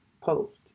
post